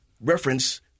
reference